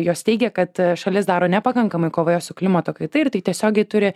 jos teigia kad šalis daro nepakankamai kovoje su klimato kaita ir tai tiesiogiai turi